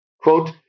Quote